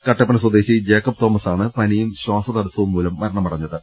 കട്ടപ്പന സ്വദേശി ജേക്കബ് തോമസാണ് പനിയും ശ്വാസതടസ്സുവും മൂലം മരണമടഞ്ഞത്